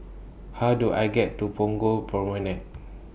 How Do I get to Punggol Promenade